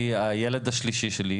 הילד השלישי שלי,